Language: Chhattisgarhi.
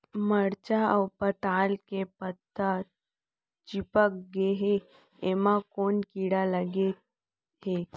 मरचा अऊ पताल के पत्ता चिपक गे हे, एमा कोन कीड़ा लगे है?